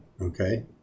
Okay